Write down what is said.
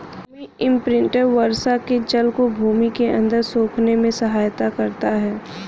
भूमि imprinter वर्षा के जल को भूमि के अंदर सोखने में सहायता करता है